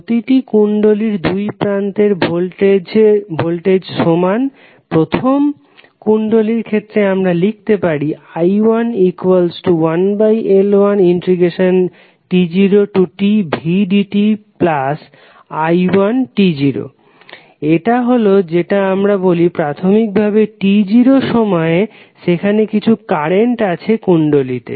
প্রতিটি কুণ্ডলীর দুই প্রান্তের ভোল্টেজ সমান প্রথম কুণ্ডলীর ক্ষেত্রে আমরা লিখতে পারি i11L1t0tvdti1t0 এটা হলো যেটা আমরা বলি প্রাথমিক ভাবে t0 সময়ে সেখানে কিছু কারেন্ট আছে কুণ্ডলীতে